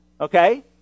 okay